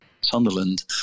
Sunderland